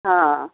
ହଁ